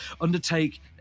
undertake